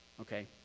Okay